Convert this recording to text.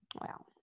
Wow